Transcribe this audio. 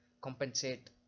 compensate